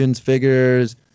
figures